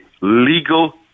legal